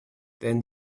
then